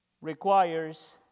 requires